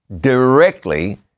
directly